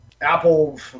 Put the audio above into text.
Apple